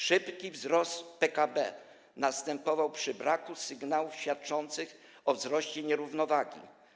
Szybki wzrost PKB następował przy braku sygnałów świadczących o wzroście nierównowagi.